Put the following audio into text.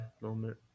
moment